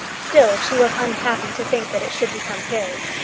still she was unhappy to think that it should become his.